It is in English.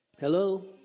Hello